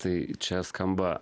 tai čia skamba